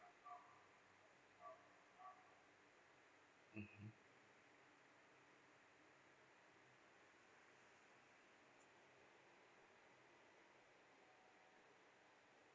mmhmm